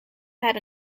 had